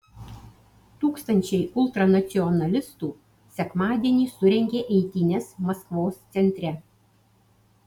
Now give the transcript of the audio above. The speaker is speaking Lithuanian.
tūkstančiai ultranacionalistų sekmadienį surengė eitynes maskvos centre